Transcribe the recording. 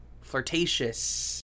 flirtatious